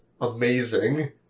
amazing